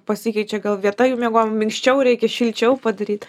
pasikeičia gal vieta jų miegojimui minkščiau reikia šilčiau padaryt